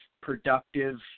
productive